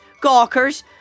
gawkers